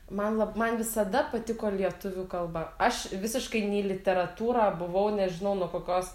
man lab man visada patiko lietuvių kalba aš visiškai nei literatūrą buvau nežinau nuo kokios